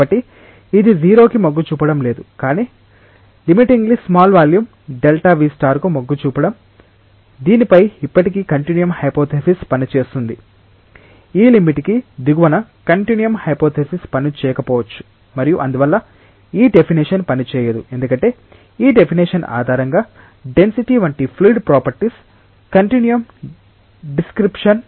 కాబట్టి ఇది 0 కి మొగ్గు చూపడం లేదు కాని లిమిటింగ్లి స్మాల్ వాల్యూమ్ Δv కు మొగ్గు చూపడం దీనిపై ఇప్పటికీ కంటిన్యూయం హైపోతెసిస్ పనిచేస్తుంది ఈ లిమిట్ కి దిగువన కంటిన్యూయం హైపోతెసిస్ పనిచేయకపోవచ్చు మరియు అందువల్ల ఈ డెఫినేషన్ పనిచేయదు ఎందుకంటే ఈ డెఫినేషన్ ఆధారంగా డెన్సిటీ వంటి ఫ్లూయిడ్ ప్రాపర్టీస్ కంటిన్యూయం డిస్క్రిషన్